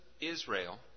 Israel